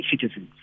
citizens